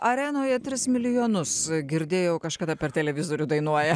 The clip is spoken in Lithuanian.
arenoje tris milijonus girdėjau kažkada per televizorių dainuoja